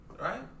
Right